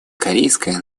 корейская